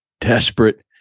desperate